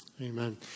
Amen